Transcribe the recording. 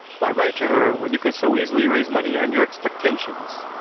why write to her when you could so easily raise money on your expectations?